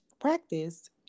practice